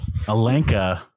Alenka